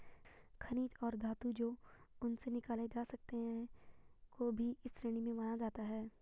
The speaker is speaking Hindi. खनिज और धातु जो उनसे निकाले जा सकते हैं को भी इसी श्रेणी में माना जाता है